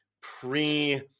pre